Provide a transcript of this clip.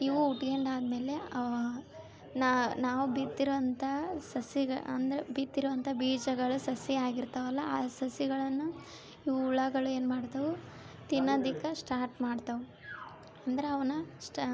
ಇವು ಹುಟ್ಕೆಂಡು ಆದ್ಮೇಲೆ ನಾವು ಬಿತ್ತಿರುವಂಥಾ ಸಸಿಗೆ ಅಂದರೆ ಬಿತ್ತಿರುವಂಥಾ ಬೀಜಗಳು ಸಸಿ ಆಗಿರ್ತಾವಲ್ಲಾ ಆ ಸಸಿಗಳನ್ನ ಇವು ಹುಳಗಳು ಏನು ಮಾಡ್ತಾವು ತಿನ್ನೋದಿಕ್ಕ ಸ್ಟಾರ್ಟ್ ಮಾಡ್ತಾವು ಅಂದ್ರ ಅವನ್ನ ಸ್ಟಾ